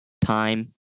time